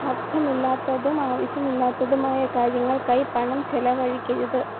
അർത്ഥമില്ലാത്തതും ആവശ്യമില്ലാത്തതുമായ കാര്യങ്ങൾക്കായി പണം ചിലവഴിക്കരുത്